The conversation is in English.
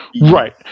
right